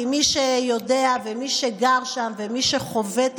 מי שיודע, מי שגר שם ומי שחווה את